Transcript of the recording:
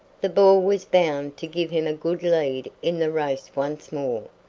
the ball was bound to give him a good lead in the race once more,